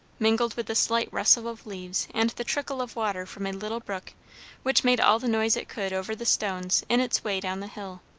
mingled with the slight rustle of leaves and the trickle of water from a little brook which made all the noise it could over the stones in its way down the hill.